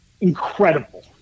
incredible